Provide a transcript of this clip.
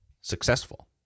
successful